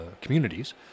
communities